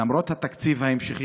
למרות התקציב ההמשכי,